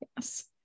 yes